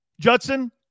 Judson